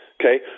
okay